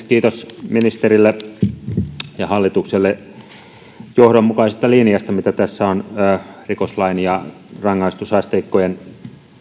kiitos ministerille ja hallitukselle johdonmukaisesta linjasta mitä tässä on rikoslain ja rangaistusasteikkojen